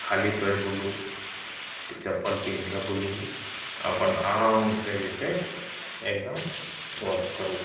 खाली पैर बुलू तऽ चप्पल पिन्हके बुलू अपन आरामसँ जे छै एगदम वर्क करू